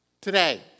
Today